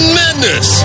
madness